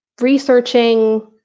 researching